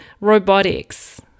robotics